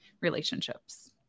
relationships